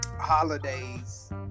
holidays